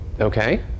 Okay